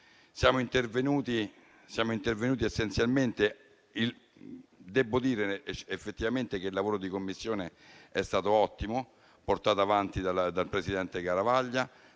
di siffatto genere. Devo dire effettivamente che il lavoro di Commissione è stato ottimo, portato avanti dal presidente Garavaglia